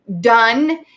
done